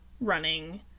running